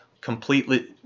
completely